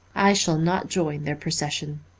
i shall not join their procession.